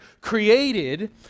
created